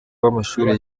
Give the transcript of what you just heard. wamashuri